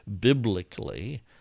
biblically